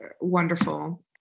wonderful